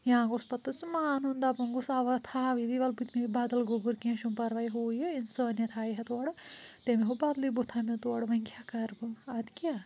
یا گوٚژھ پتہٕ سُہ مانُن دَپُن گوٚژھ اوا تھاو ییٚتی بہٕ دِمٕے بدل گوٚبُر کیٚنٛہہ چھُنہٕ پرواے ہُو یہِ اِنسٲنِیَت ہایہِ ہے تورٕ تٔمۍ ہوو بدلٕے بُتھا مےٚ تورٕ وۅنۍ کیٛاہ کَرٕ بہٕ اَدٕ کیٛاہ